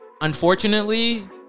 unfortunately